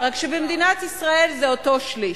רק שבמדינת ישראל זה אותו שליש.